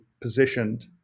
positioned